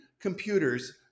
computers